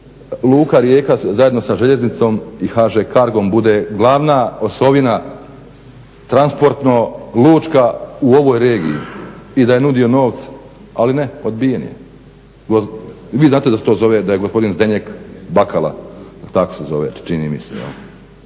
Luka Rijeka zajedno sa željeznicom i HŽ Cargom bude glavna osovina transportno lučka u ovoj regiji i da je nudio novce, ali ne, odbijen je. Vi znate da se to zove, da je gospodin Zdenek Bakala tako se zove čini mi se,